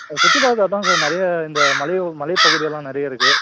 ஆ சுற்றி பார்க்கறதுக்கு அதுதான் சார் நிறைய இந்த மலை மலை பகுதியெல்லாம் நிறைய இருக்குது